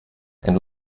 and